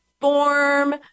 form